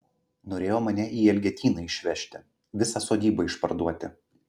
norėjo mane į elgetyną išvežti visą sodybą išparduoti